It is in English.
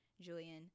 Julian